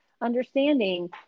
understanding